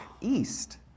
east